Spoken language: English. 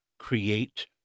Create